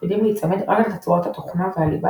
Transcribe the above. מקפידים להצמד רק לתצורת התוכנה והליבה